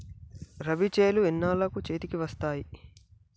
రబీ చేలు ఎన్నాళ్ళకు చేతికి వస్తాయి?